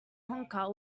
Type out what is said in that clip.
honker